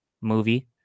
movie